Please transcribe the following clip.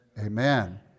amen